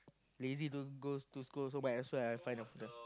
lazy to go to school so might as well I find a